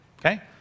okay